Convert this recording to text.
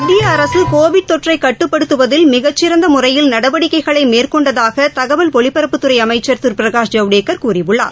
மத்தியஅரசுகோவிட் தொற்றைகட்டுப்படுத்துவதில் மிகச்சிறந்தமுறையில் நடவடிக்கைகளைமேற்கொண்டதாகதகவல் ஒலிபரப்புத்துறைஅமைச்சர் திருபிரகாஷ் ஜவடேகர் கூறியுள்ளார்